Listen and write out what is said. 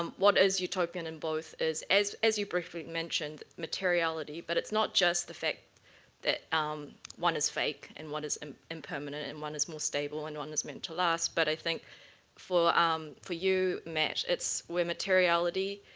um what is utopian in both is, as as you briefly mentioned, materiality. but it's not just the fact that um one is fake and one is um impermanent, and one is more stable and one is meant to last. but i think for um for you, matt, it's where materiality,